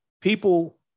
people